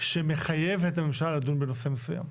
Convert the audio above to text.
שמחייב את הממשלה לדון בנושא מסוים.